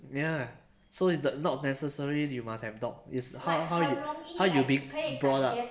ya so it it's not necessary you must have dog it's how you how you being brought up